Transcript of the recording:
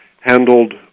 handled